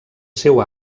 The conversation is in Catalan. seu